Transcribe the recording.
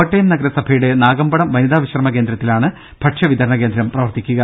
കോട്ടയം നഗരസഭയുടെ നാഗമ്പടം വനിതാ വിശ്രമ കേന്ദ്രത്തിലാണ് ഭക്ഷ്യ വിതരണ കേന്ദ്രം പ്രവർത്തിക്കുക